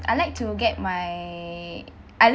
I like to get my I